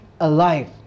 alive